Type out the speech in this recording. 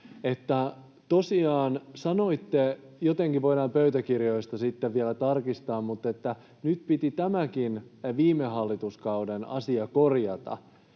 sanoitte jotenkin niin — voidaan pöytäkirjoista sitten vielä tarkistaa — että nyt piti tämäkin viime hallituskauden asia korjata.